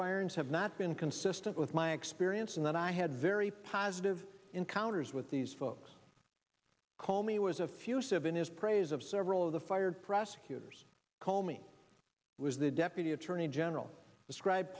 firings have not been consistent with my experience in that i had very positive encounters with these folks call me was a few seven is praise of several of the fired prosecutors call me was the deputy attorney general describe